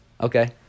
Okay